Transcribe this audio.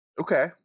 Okay